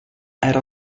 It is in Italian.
era